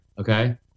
okay